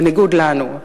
בניגוד לנו.